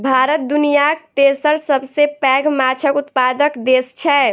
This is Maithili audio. भारत दुनियाक तेसर सबसे पैघ माछक उत्पादक देस छै